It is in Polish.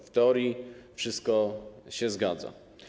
W teorii wszystko się zgadza.